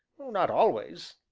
not always,